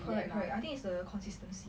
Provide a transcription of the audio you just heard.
correct correct I think it's the consistency